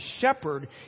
shepherd